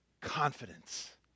confidence